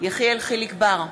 יחיאל חיליק בר,